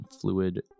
fluid